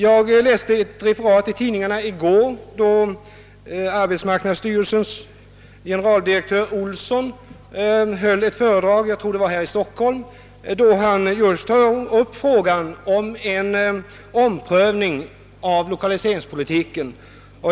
Jag läste i går i tidningarna ett referat av ett föredrag av arbetsmarknadsstyrelsens generaldirektör Bertil Olsson, i vilket han tog upp just frågan om omprövning av lokaliseringspolitiken.